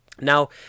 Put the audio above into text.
Now